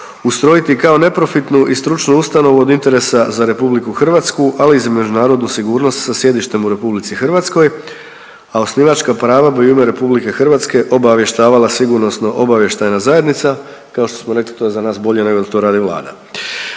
ustrojiti kao neprofitnu i stručnu ustanovu od interesa za RH, ali i za međunarodnu sigurnost sa sjedištem u RH, a osnivačka prava bi u ime RH obavještavala sigurnosno-obavještajna zajednica, kao što smo rekli to je za nas bolje nego da to radi Vlada.